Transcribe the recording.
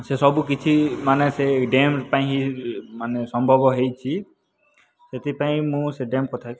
ସେସବୁ କିଛି ମାନେ ସେ ଡ୍ୟାମ୍ ପାଇଁ ମାନେ ସମ୍ଭବ ହେଇଛି ସେଥିପାଇଁ ମୁଁ ସେ ଡ୍ୟାମ୍ କଥା ହି କହିବି